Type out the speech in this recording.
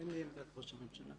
אין לי את עמדת ראש הממשלה.